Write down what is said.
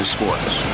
Sports